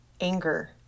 Anger